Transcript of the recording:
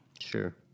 Sure